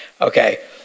Okay